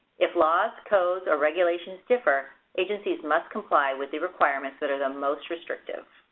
if laws, codes, or regulations differ, agencies must comply with the requirements that are the most restrictive.